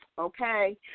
Okay